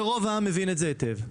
ורוב העם מבין את זה היטב.